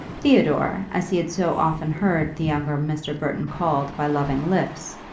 theodore, as he had so often heard the younger mr. burton called by loving lips,